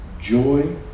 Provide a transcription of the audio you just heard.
joy